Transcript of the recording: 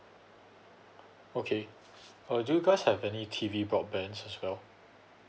okay uh do you guys have any T_V broadbands as well